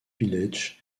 village